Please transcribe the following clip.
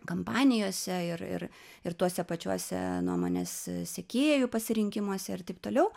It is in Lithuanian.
kampanijose ir ir ir tuose pačiuose nuomonės sekėjų pasirinkimuose ir taip toliau